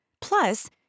plus